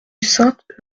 sainte